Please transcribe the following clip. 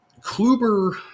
Kluber